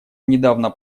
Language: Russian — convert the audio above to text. недавно